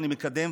ואני מקדם,